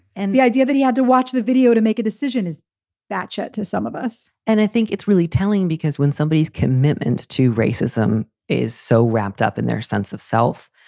and the idea that he had to watch the video to make a decision is fatchett to some of us and i think it's really telling because when somebody is commitment to racism is so wrapped up in their sense of self.